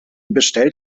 bestellt